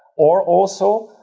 or, also,